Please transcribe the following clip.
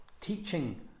teaching